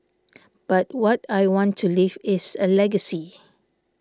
but what I want to leave is a legacy